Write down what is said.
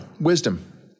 wisdom